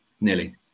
Nearly